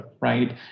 right